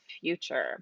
future